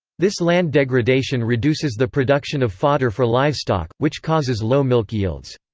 this land degradation reduces the production of fodder for livestock, which causes low milk yields.